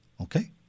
Okay